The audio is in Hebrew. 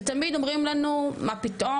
ותמיד אומרים לנו מה פתאום,